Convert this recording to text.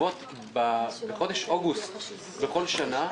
נגבות בחודש אוגוסט בכל שנה,